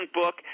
book